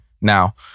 now